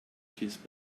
kiss